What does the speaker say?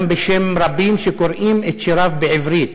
גם בשם רבים שקוראים את שיריו בעברית,